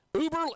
Uber